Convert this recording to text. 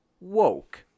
woke